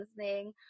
listening